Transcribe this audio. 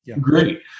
Great